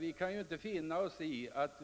Vi kan inte finna oss i att